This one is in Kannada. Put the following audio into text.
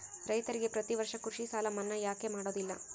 ರೈತರಿಗೆ ಪ್ರತಿ ವರ್ಷ ಕೃಷಿ ಸಾಲ ಮನ್ನಾ ಯಾಕೆ ಮಾಡೋದಿಲ್ಲ?